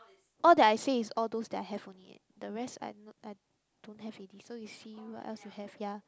all that I say is all those that I have only eh the rest I I I don't have already so you see what else you have ya